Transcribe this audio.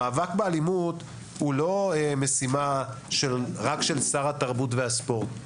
המאבק באלימות הוא לא משימה רק של שר התרבות והספורט.